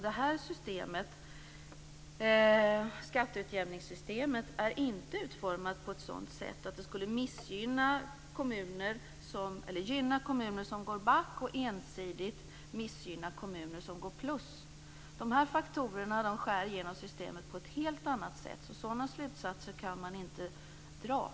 Det här skatteutjämningssystemet är inte utformat på ett sådant sätt att det gynnar kommuner som går back och att det ensidigt missgynnar kommuner som går med plus. De här faktorerna skär igenom systemet på ett helt annat sätt så den sortens slutsatser kan inte dras.